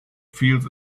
fields